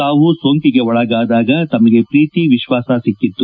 ತಾವು ಸೋಂಕಿಗೆ ಒಳಗಾದಾಗ ತಮಗೆ ಪ್ರೀತಿ ವಿಶ್ವಾಸ ಸಿಕ್ಕಿತ್ತು